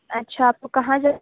اچھا آپ کو کہاں جا